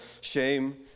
shame